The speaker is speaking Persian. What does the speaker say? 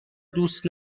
دوست